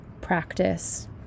practice